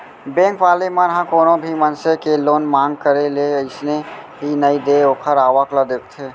bank वाले मन ह कोनो भी मनसे के लोन मांग करे ले अइसने ही नइ दे ओखर आवक ल देखथे